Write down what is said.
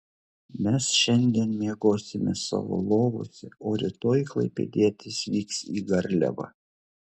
mes šiandien miegosime savo lovose o rytoj klaipėdietės vyks į garliavą